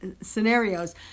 scenarios